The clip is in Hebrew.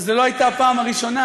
אבל זו לא הייתה הפעם הראשונה,